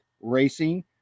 Racing